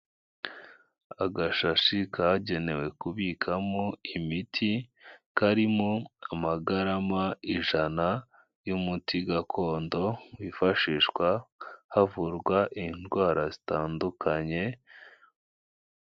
Agashashi kagenewe kubikamo imiti, karimo amagarama ijana y'umuti gakondo wifashishwa havurwa indwara zitandukanye.